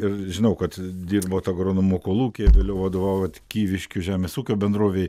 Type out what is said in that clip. ir žinau kad dirbot agronomu kolūkyje vėliau vadovot kyviškių žemės ūkio bendrovei